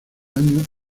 años